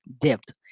dipped